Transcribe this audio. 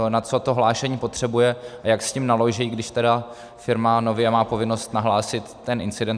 Na co to hlášení potřebuje a jak s tím naloží, když firma nově má povinnost nahlásit ten incident.